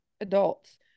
adults